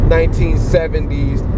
1970s